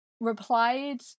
replied